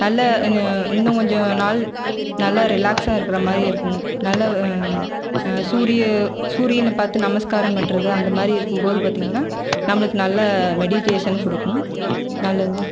நல்ல இன்னு இன்னும் கொஞ்ச நாள் நல்லா ரிலாக்சாக இருக்கிற மாதிரி இருக்கும் நல்ல சூரிய சூரியனை பார்த்து நமஸ்க்காரம் பண்ணுறது அந்தமாதிரி இருக்கும்போது பார்த்தீங்கன்னா நமக்கு நல்ல மெடிட்டேசன் கொடுக்கும் நல்லது